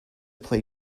play